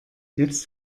jetzt